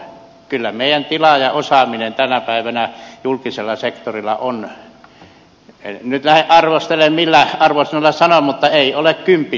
kyllä meidän tilaajaosaamisemme tänä päivänä julkisella sektorilla en nyt lähde arvostelemaan millä arvosanoilla sanon mutta ei ole kympin arvoista